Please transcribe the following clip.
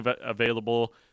available